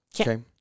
Okay